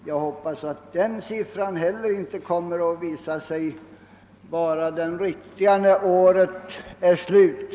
Jag hoppas att den siffran inte heller kommer att visa sig vara den riktiga när året är slut.